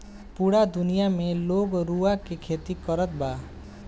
पूरा दुनिया में लोग रुआ के खेती करत बा